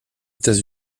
états